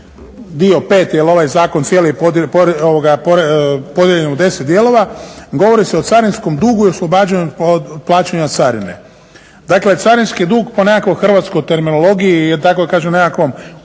dio 5 jer ovaj zakon cijeli je podijeljen u 10 dijelova, govori se o carinskom dugu i oslobađanju od plaćanja carine. Dakle carinski dug po nekakvoj hrvatskoj terminologiji je tako kažem u nekakvom